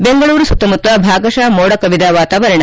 ಬೆಂಗಳೂರು ಸುತ್ತಮುತ್ತ ಭಾಗರಃ ಮೋಡಕವಿದ ವಾತಾವರಣ